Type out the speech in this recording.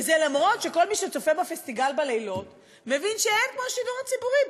וזה אף שכל מי שצופה ב"פסטיגל" בלילות מבין שאין כמו השידור הציבורי,